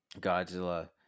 Godzilla